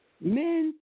Men